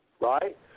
right